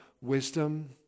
wisdom